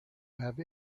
have